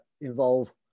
involve